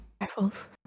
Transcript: rifles